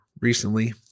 recently